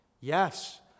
Yes